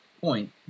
point